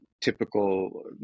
typical